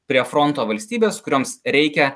prie fronto valstybės kurioms reikia